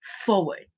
forward